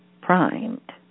primed